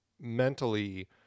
mentally